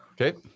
Okay